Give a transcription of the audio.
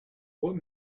what